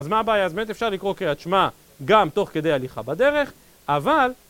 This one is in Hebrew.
אז מה הבעיה? אז באמת אפשר לקרוא קריאת שמע גם תוך כדי הליכה בדרך, אבל...